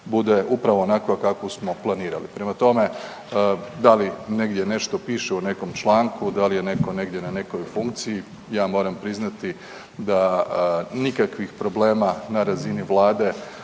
bude upravo onakva kakvu smo planirali. Prema tome, da li negdje nešto piše u nekom članku, da li je netko negdje na nekoj funkciji, ja moramo priznati da nikakvih problema na razini Vlade